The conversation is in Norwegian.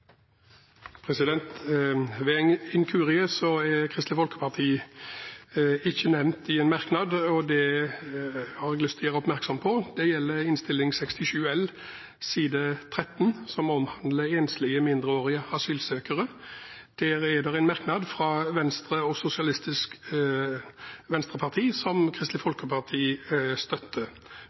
en inkurie ikke er nevnt i en merknad på sidene 13 og 14 i Innst. 67 L, som omhandler enslige mindreårige asylsøkere. Der er det en merknad fra Venstre og Sosialistisk Venstreparti som Kristelig Folkeparti støtter